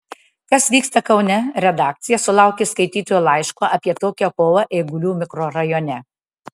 kas vyksta kaune redakcija sulaukė skaitytojo laiško apie tokią kovą eigulių mikrorajone